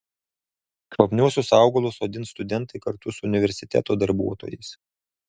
kvapniuosius augalus sodins studentai kartu su universiteto darbuotojais